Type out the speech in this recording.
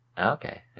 Okay